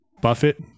Buffett